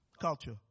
culture